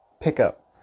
pickup